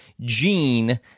Gene